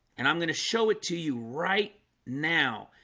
and i'm gonna show it to you right now.